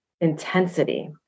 intensity